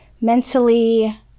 Mentally